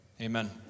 Amen